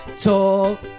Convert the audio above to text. Talk